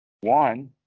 One